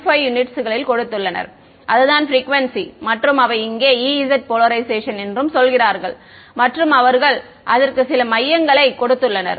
15 units ல் கொடுத்துள்ளனர் அதுதான் ப்ரிக்குவேன்சி மற்றும் அவை இங்கே E z போலரைஷேஷன் என்றும் சொல்கிறார்கள் மற்றும் அவர்கள் அதற்கு சில மையங்களை கொடுத்துள்ளனர்